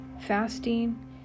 fasting